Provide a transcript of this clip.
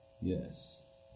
Yes